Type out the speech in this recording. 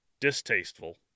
distasteful